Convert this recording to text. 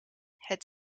het